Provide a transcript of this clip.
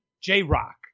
J-Rock